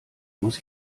muss